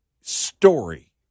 story